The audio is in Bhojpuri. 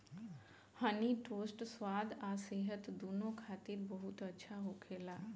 हनी टोस्ट स्वाद आ सेहत दूनो खातिर बहुत अच्छा होखेला